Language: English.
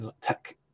tech